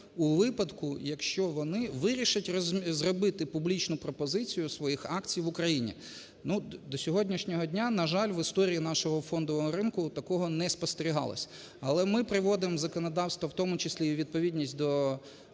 у випадку, якщо вони вирішать зробити публічну пропозицію своїх акцій в Україні. До сьогоднішнього дня, на жаль, в історії нашого фондового ринку такого не спостерігалось. Але ми приводимо законодавство в тому числі і у відповідність до вимог, які